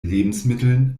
lebensmitteln